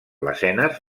lesenes